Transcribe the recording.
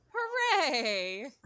Hooray